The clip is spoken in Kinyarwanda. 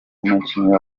umukinnyi